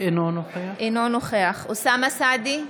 אינו נוכח אוסאמה סעדי,